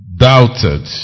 Doubted